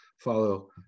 follow